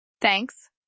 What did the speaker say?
thanks